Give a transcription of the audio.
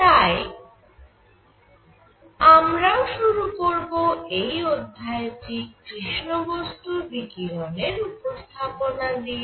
তাই আমরাও শুরু করব এই অধ্যায় টি কৃষ্ণ বস্তুর বিকিরণের উপস্থাপনা দিয়ে